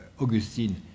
Augustine